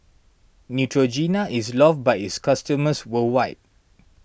Neutrogena is loved by its customers worldwide